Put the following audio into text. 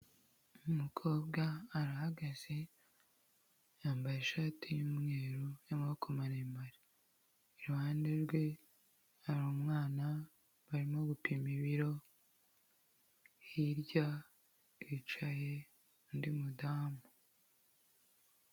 Umukobwa arahagaze yambaye ishati y'umweru n'amaboko maremare, iruhande rwe hari umwana barimo gupima ibiro, hirya hicaye undi mudamu.